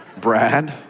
Brad